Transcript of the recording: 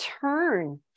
turn